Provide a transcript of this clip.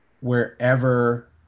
wherever